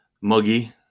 muggy